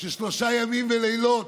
ששלושה ימים ולילות,